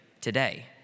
today